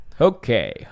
okay